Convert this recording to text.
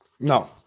no